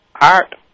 art